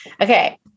Okay